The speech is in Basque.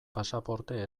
pasaporte